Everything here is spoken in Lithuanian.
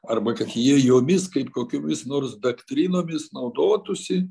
arba kad jie jomis kaip kokiomis nors doktrinomis naudotųsi